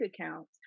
accounts